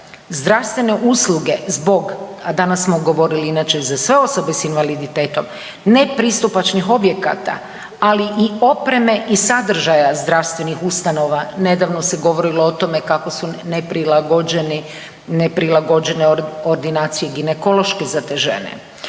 zdravstvene usluge zbog, a danas smo govorili inače za sve osobe s invaliditetom nepristupačnih objekata, ali i opreme i sadržaja zdravstvenih ustanova, nedavno se govorili o tome kako su neprilagođene ordinacije ginekološke za te žene.